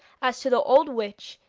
as to the old witch,